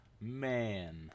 Man